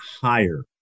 higher